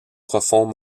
profonds